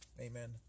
Amen